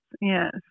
Yes